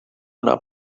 una